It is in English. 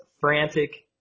frantic